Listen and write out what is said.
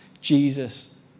Jesus